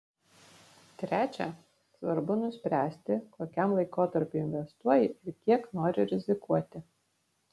trečia svarbu nuspręsti kokiam laikotarpiui investuoji ir kiek nori rizikuoti